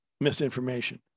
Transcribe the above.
misinformation